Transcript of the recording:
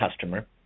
customer